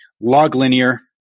log-linear